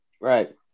Right